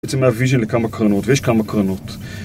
עצם הוויז'ין לכמה קרנות, ויש כמה קרנות